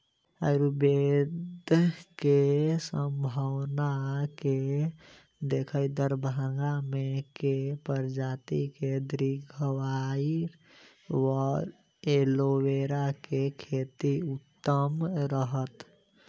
आयुर्वेद केँ सम्भावना केँ देखैत दरभंगा मे केँ प्रजाति केँ घृतक्वाइर वा एलोवेरा केँ खेती उत्तम रहत?